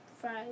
fries